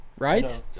Right